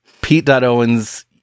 Pete.Owens